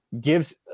gives